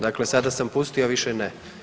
Dakle, sada sam pustio više ne.